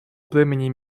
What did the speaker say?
племени